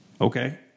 Okay